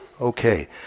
Okay